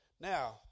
Now